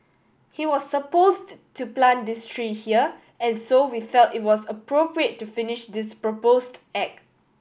he was supposed to plant this tree here and so we felt it was appropriate to finish this proposed act